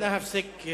הפסק,